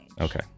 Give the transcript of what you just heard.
Okay